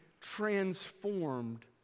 transformed